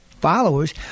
followers